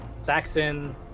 Saxon